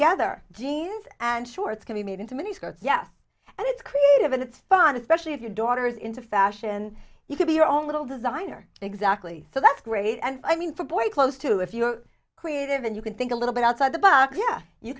gether jeans and shorts can be made into mini skirts yes and it's creative and it's fun especially if you're daughters into fashion you can be your own little designer exactly so that's great and i mean for boy close to if you are creative and you can think a little bit outside the box y